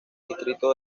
distrito